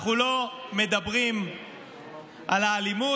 אנחנו לא מדברים על האלימות,